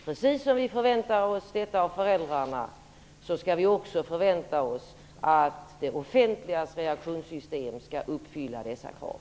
Precis som vi förväntar oss detta av föräldrarna skall vi också förvänta oss att det offentligas reaktionssystem skall uppfylla dessa krav.